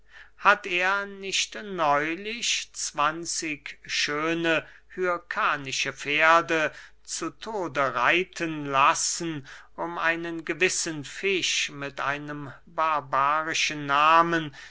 hat er nicht neulich zwanzig schöne hyrkanische pferde zu tode reiten lassen um einen gewissen fisch mit einem barbarischen nahmen